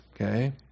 Okay